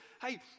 Hey